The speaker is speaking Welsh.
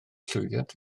llwyddiant